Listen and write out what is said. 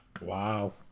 Wow